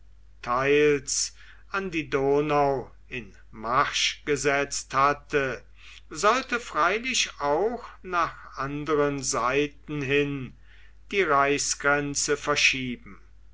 teils an die donau in marsch gesetzt hatte sollte freilich auch nach anderen seiten hin die reichsgrenze vorschieben